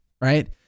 right